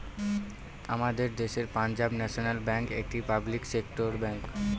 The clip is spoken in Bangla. আমাদের দেশের পাঞ্জাব ন্যাশনাল ব্যাঙ্ক একটি পাবলিক সেক্টর ব্যাঙ্ক